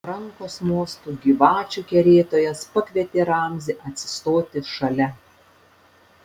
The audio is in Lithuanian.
rankos mostu gyvačių kerėtojas pakvietė ramzį atsistoti šalia